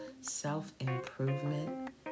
self-improvement